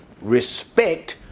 respect